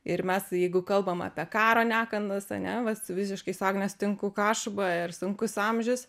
ir mes jeigu kalbam apie karo nekandas ane va visiškai su agne sutinku kašuba ir sunkus amžius